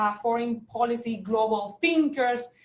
um foreign policy global thinkers.